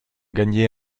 gagné